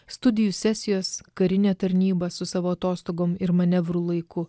studijų sesijos karinė tarnyba su savo atostogom ir manevrų laiku